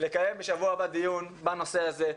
לקיים בשבוע הבא דיון בנושא הזה,